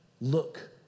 Look